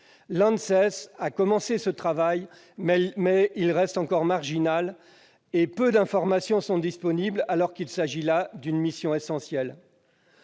L'ANSES a commencé ce travail, mais il reste encore marginal. Peu d'informations sont disponibles, alors qu'il s'agit là d'une mission essentielle.